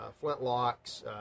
flintlocks